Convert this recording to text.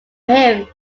him